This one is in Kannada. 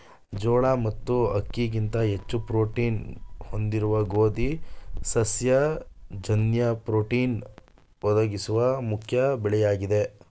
ಜೋಳ ಮತ್ತು ಅಕ್ಕಿಗಿಂತ ಹೆಚ್ಚು ಪ್ರೋಟೀನ್ನ್ನು ಹೊಂದಿರುವ ಗೋಧಿ ಸಸ್ಯ ಜನ್ಯ ಪ್ರೋಟೀನ್ ಒದಗಿಸುವ ಮುಖ್ಯ ಬೆಳೆಯಾಗಿದೆ